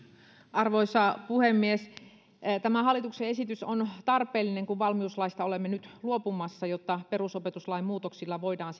arvoisa puhemies tämä hallituksen esitys on tarpeellinen kun valmiuslaista olemme nyt luopumassa jotta perusopetuslain muutoksilla voidaan